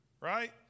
Right